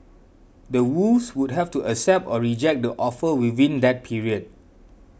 the Woos would have to accept or reject the offer within that period